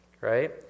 right